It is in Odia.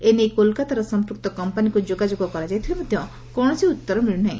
ଏ ନେଇ କୋଲକାତାର ସମ୍ମକ୍ତ କମ୍ମାନୀକୁ ଯୋଗାଯୋଗ କରାଯାଇଥିଲେ ମଧ୍ଧ କୌଣସି ଉତ୍ତର ମିଳୁନାହି